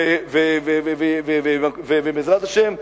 ובעזרת השם,